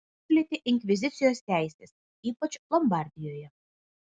išplėtė inkvizicijos teises ypač lombardijoje